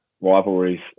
rivalries